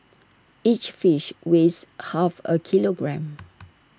each fish weighs half A kilogram